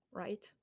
right